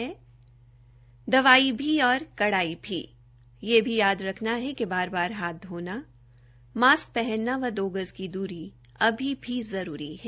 दवाई भी और कड़ाई भी यह भी याद रखना है कि बार बार हाथ धोना मास्क पहनना व दो गज की दूरी अभी भी जरूरी है